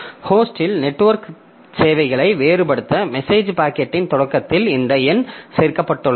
ஹோஸ்டில் network சேவைகளை வேறுபடுத்த message பாக்கெட்டின் தொடக்கத்தில் இந்த எண் சேர்க்கப்பட்டுள்ளது